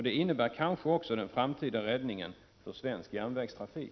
Det innebär kanske också den framtida räddningen för svensk järnvägstrafik.